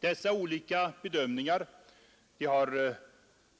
Dessa olika bedömningar har